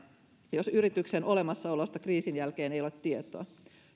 jos yrityksen olemassaolosta kriisin jälkeen ei ole tietoa